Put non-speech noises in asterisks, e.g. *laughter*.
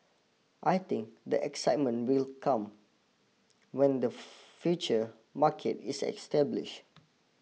I think the excitement will come *noise* when the future market is established